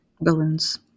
Balloons